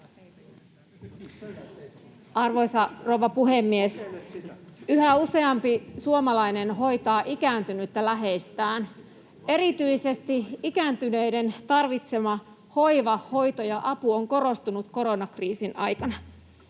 Arvoisa rouva puhemies! Yhä useampi suomalainen hoitaa ikääntynyttä läheistään. Erityisesti ikääntyneiden tarvitsema hoiva, hoito ja apu ovat korostuneet koronakriisin aikana.